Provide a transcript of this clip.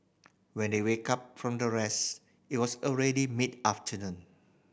when they wake up from their rest it was already mid afternoon